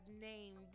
named